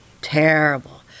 terrible